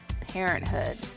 parenthood